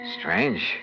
Strange